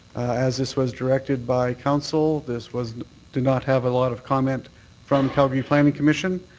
as this was directsed by council, this was did not have a lot of comment from calgary planning commission,